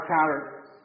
counter